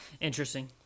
Interesting